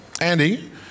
Andy